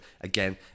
again